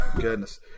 Goodness